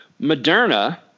Moderna